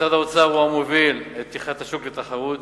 משרד האוצר הוא המוביל את פתיחת השוק לתחרות,